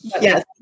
Yes